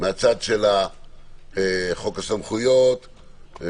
של חוק הסמכויות,